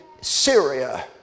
Syria